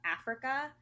Africa